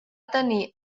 tenir